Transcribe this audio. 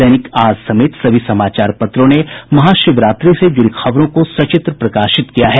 दैनिक आज समेत सभी समाचार पत्रों ने महाशिवरात्रि से जूड़ी खबरों को सचित्र प्रकाशित किया है